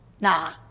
Nah